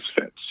fits